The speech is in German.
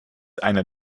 einer